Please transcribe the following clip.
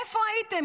איפה הייתם?